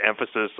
emphasis